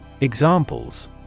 examples